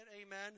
amen